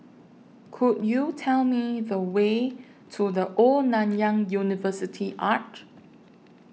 Could YOU Tell Me The Way to The Old Nanyang University Arch